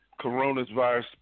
coronavirus